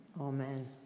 Amen